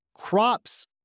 crops